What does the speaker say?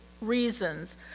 reasons